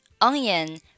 Onion